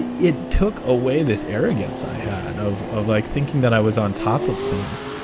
it it took away this arrogance i had of of like thinking that i was on top of things.